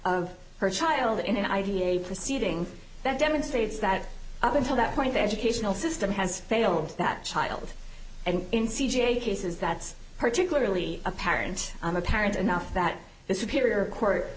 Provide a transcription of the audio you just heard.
of her child in an id a proceeding that demonstrates that up until that point the educational system has failed that child and in c j cases that's particularly apparent on the parents enough that this superior court